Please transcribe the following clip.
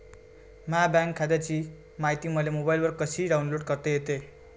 माह्या बँक खात्याची मायती मले मोबाईलवर कसी डाऊनलोड करता येते?